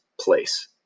place